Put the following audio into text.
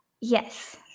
Yes